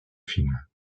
films